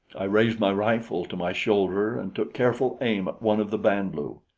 i raised my rifle to my shoulder and took careful aim at one of the band-lu.